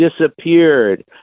disappeared